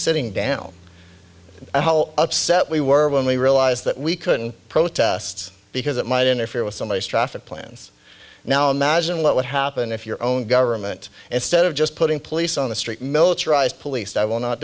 sitting down and how upset we were when we realized that we couldn't protests because it might interfere with some ice traffic plans now imagine what would happen if your own government instead of just putting police on the street militarized police i will not